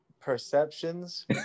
perceptions